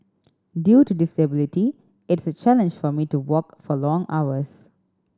due to disability it's a challenge for me to walk for long hours